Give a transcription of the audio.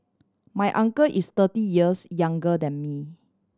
my uncle is thirty years younger than me